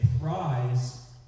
prize